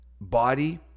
body